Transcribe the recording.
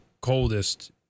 coldest